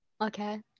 Okay